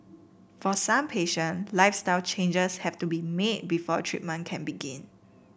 for some patient lifestyle changes have to be made before treatment can begin